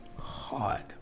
hard